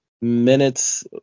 minutes